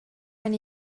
van